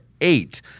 eight